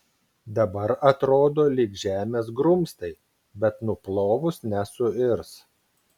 dabar atrodo lyg žemės grumstai bet nuplovus nesuirs